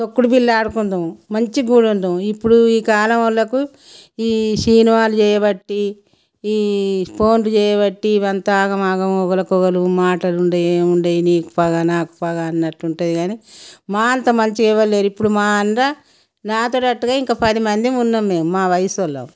తొక్కుడు బిల్ల ఆడుకుందుము మంచిగూడుందుము ఇప్పుడు ఈ కాలమోళ్ళకు ఈ సినిమాలు చేయబట్టి ఈ ఫోన్లు చేయబట్టి ఇవంతా ఆగమాగం ఒకలికొకలు మాటలుండయి ఏముండయి నీకు పగ నాకు పగ అన్నట్టుంటుంది కానీ మా అంత మంచిగా ఎవరూ లేరు మా అండ్రా నా తోడట్టుగా ఇంకా పదిమందిమున్నాం మేము మా వయసోళ్లం